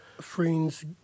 friends